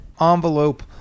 envelope